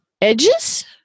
edges